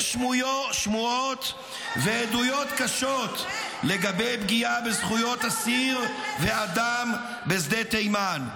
יש שמועות ועדויות קשות לגבי זכויות אסיר ואדם בשדה תימן.